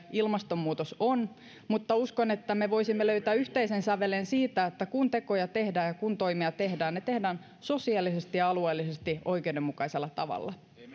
ilmastonmuutos on mutta uskon että me voisimme löytää yhteisen sävelen siitä että kun tekoja tehdään ja kun toimia tehdään ne tehdään sosiaalisesti ja alueellisesti oikeudenmukaisella tavalla